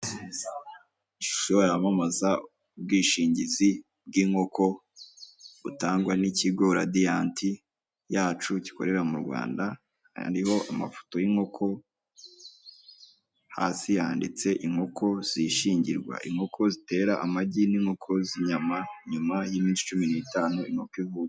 Umuhanda w'umukara uri kuyogamo n'ibinyabiziga, urimo imirongo minini y'umweru kuruhande hari akayira k'abanyamaguru, hirya gato hari ibinyabiziga bitwara abantu ndetse n'ibintu, imbere hari ibidukikije birimo ibiti.